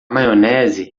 maionese